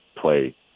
play